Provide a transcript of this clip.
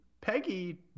Peggy